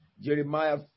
Jeremiah